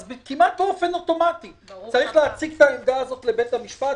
אז כמעט באופן אוטומטי צריך להציג את העמדה הזאת לבית המשפט,